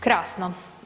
Krasno!